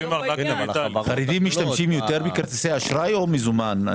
חרדים משתמשים יותר בכרטיסי אשראי או מזומן?